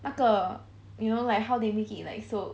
那个 you know like how they make it like so